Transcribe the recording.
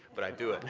but i do it.